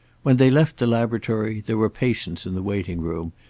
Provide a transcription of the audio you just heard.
when they left the laboratory there were patients in the waiting-room,